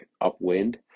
upwind